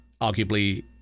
arguably